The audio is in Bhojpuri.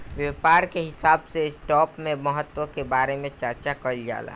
व्यापार के हिसाब से स्टॉप के महत्व के बारे में चार्चा कईल जाला